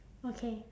okay